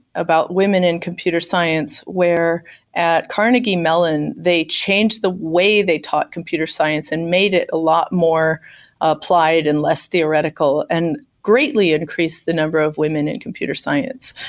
about women and computer science. where at carnegie mellon, they changed the way they taught computer science and made it a lot more applied and less theoretical, and greatly increased the number of women in computer science.